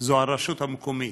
זה הרשות המקומית.